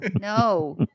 No